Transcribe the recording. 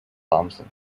thomson